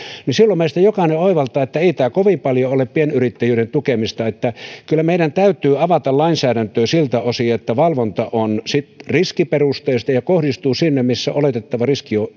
silloin meistä jokainen oivaltaa että ei tämä kovin paljon ole pienyrittäjyyden tukemista niin että kyllä meidän täytyy avata lainsäädäntöä siltä osin että valvonta on riskiperusteista ja kohdistuu sinne missä oletettava riski on